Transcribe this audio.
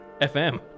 FM